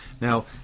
Now